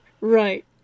Right